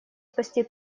спасти